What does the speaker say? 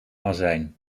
azijn